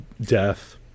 death